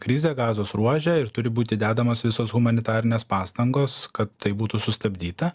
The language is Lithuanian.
krizę gazos ruože ir turi būti dedamos visos humanitarinės pastangos kad tai būtų sustabdyta